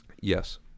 Yes